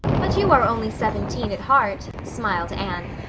but you are only seventeen at heart, smiled anne.